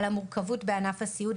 על המורכבות בענף הסיעוד,